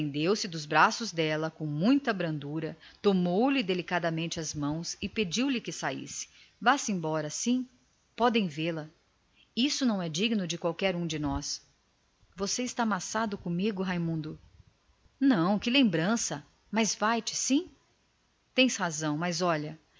desprendeu-se dos braços dela com muita brandura beijou-lhe respeitosamente as mãos e pediu-lhe que saísse vá sim podem vê-la isto não é digno de qualquer de nós você está maçado comigo raimundo não que lembrança mas vai-te sim tens razão mas olha